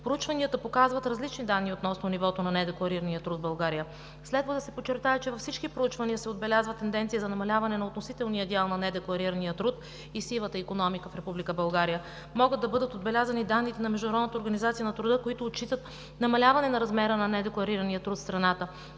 Проучванията показват различни данни относно нивото на недекларирания труд в България. Следва да се подчертае, че във всички проучвания се отбелязва тенденция за намаляване на относителния дял на недекларирания труд и сивата икономика в Република България. Могат да бъдат отбелязани данните на Международната организация на труда, които отчитат намаляване на размера на недекларирания труд в страната.